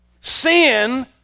Sin